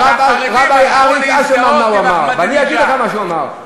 רביי אריק אשרמן, מה הוא אמר?